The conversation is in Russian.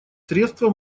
средства